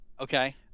Okay